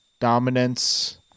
dominance